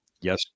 Yes